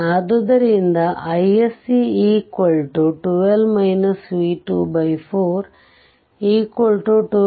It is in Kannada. ಆದುದರಿಂದ iSC 4 12 9